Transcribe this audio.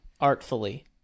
artfully